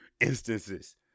instances